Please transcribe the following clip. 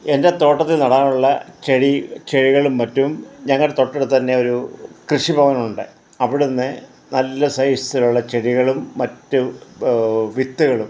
എൻ്റെ തോട്ടത്തിൽ നടാനുള്ള ചെടി ചെടികളും മറ്റും ഞങ്ങളുടെ തൊട്ടടുത്ത് തന്നെ ഒരു കൃഷിഭവനുണ്ട് അവിടുന്ന് നല്ല സൈസിലുള്ള ചെടികളും മറ്റ് വിത്തുകളും